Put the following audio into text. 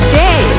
day